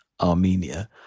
Armenia